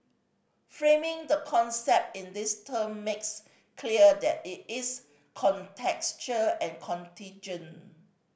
framing the concept in these term makes clear that it is contextual and contingent